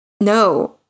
no